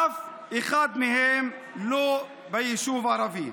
אף אחד מהם לא ביישוב ערבי.